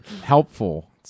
Helpful